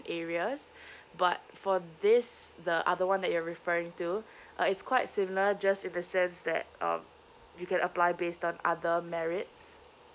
areas but for this the other one that you're referring to uh it's quite similar just in the sense that um you can apply based on other merits